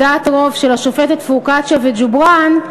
בדעת רוב של השופטת פרוקצ'יה וג'ובראן,